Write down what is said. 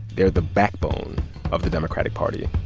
they're the backbone of the democratic party.